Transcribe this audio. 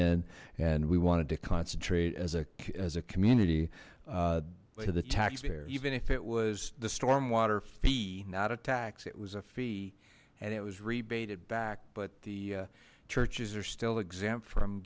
in and we wanted to concentrate as a as a community to the taxpayer even if it was the stormwater fee not a tax it was a fee and it was rebated back but the churches are still exempt from